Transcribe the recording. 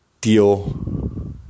deal